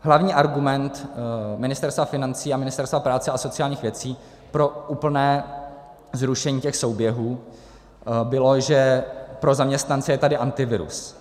Hlavní argument Ministerstva financí a Ministerstva práce a sociálních věcí pro úplné zrušení těch souběhů byl, že pro zaměstnance je tady Antivirus.